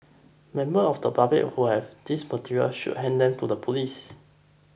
members of the public who have these materials should hand them to the police